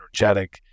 energetic